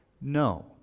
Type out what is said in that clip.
No